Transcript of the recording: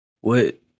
what-